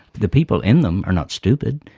the people in them are not stupid,